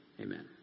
Amen